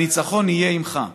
הניצחון יהיה עימך.